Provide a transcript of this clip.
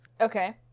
okay